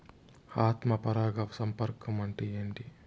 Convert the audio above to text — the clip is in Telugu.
ఆత్మ పరాగ సంపర్కం అంటే ఏంటి?